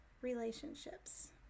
relationships